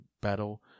battle